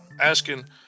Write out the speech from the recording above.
asking